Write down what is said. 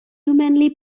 humanly